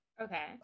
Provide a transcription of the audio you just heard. Okay